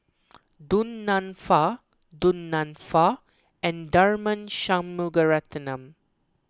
Du Nanfa Du Nanfa and Tharman Shanmugaratnam